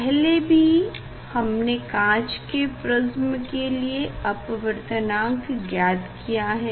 पहले भी हमने काँच के प्रिस्म के लिए अपवर्तनांक ज्ञात किया है